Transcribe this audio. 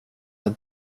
jag